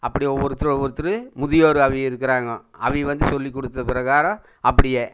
அப்படி ஒவ்வொருத்தரும் ஒவ்வொருத்தரும் முதியவர் அவிக இருக்கிறாங்கோ அவிக வந்து சொல்லிக் கொடுத்த பிரகாரம் அப்படியே